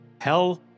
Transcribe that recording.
hell